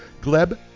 Gleb